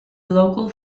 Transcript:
local